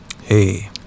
Hey